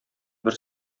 бер